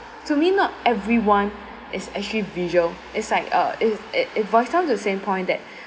to me not everyone is actually visual is like uh it it boils down to the same point that